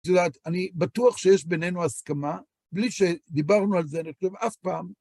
את יודעת, אני בטוח שיש בינינו הסכמה, בלי שדיברנו על זה, אני חושב אף פעם.